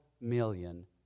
million